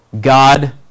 God